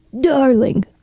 Darling